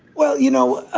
well, you know,